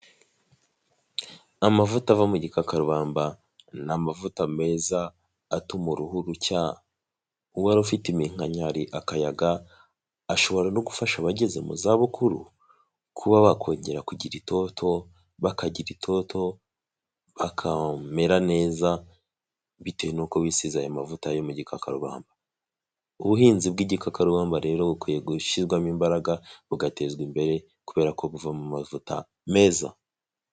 Amavuta ava mu gikaka rubamba ni amavuta meza atuma uruhuru rucya uwari ufite iminkanyari akayaga ashobora no gufasha abageze mu za bukuru kuba bakongera kugira itoto bakagira itoto bakamera neza bitewe n'uko bisize ayo mavuta yo mu gika kabamba, ubuhinzi bw'igikakarubamba rero bukwiye gushyirwamo imbaraga bugatezwa imbere kubera ko buva mu mavuta meza,